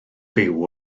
fyw